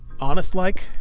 Honest-like